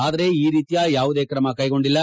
ಆದರೆ ಈ ರೀತಿಯ ಯಾವುದೇ ತ್ರಮ ಕೈಗೊಂಡಿಲ್ಲ